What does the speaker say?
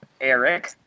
Eric